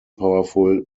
powerful